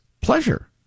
pleasure